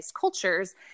cultures